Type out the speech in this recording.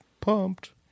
pumped